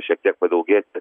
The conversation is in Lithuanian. šiek tiek padaugėti